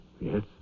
Yes